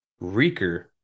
Reeker